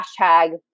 hashtag